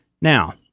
Now